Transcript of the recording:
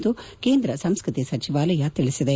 ಎಂದು ಕೇಂದ್ರ ಸಂಸ್ಲ್ಲ ತಿ ಸಚಿವಾಲಯ ತಿಳಿಸಿದೆ